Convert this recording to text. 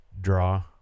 draw